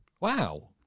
wow